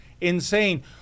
Insane